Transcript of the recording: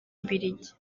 mbiligi